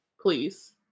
Please